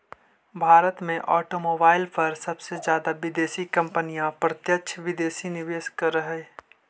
भारत में ऑटोमोबाईल पर सबसे जादा विदेशी कंपनियां प्रत्यक्ष विदेशी निवेश करअ हई